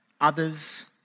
others